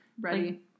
ready